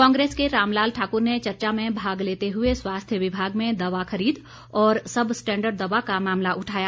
कांग्रेस के रामलाल ठाकुर ने चर्चा में भाग लेते हुए स्वास्थ्य विभाग में दवा खरीद और सब स्टैंडर्ड दवा का मामला उठाया